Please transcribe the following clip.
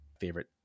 favorite